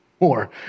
more